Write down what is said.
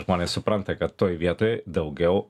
žmonės supranta kad toj vietoj daugiau